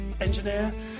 engineer